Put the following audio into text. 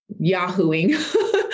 Yahooing